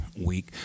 week